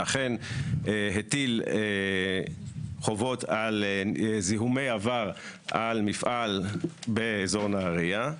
שאכן הטיל חובות על זיהומי עבר על מפעל באזור נהריה.